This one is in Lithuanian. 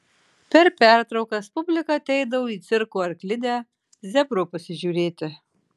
per pertraukas publika ateidavo į cirko arklidę zebro pasižiūrėti